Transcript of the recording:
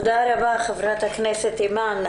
תודה רבה, חברת הכנסת אימאן.